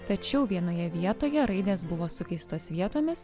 tačiau vienoje vietoje raidės buvo sukeistos vietomis